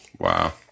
Wow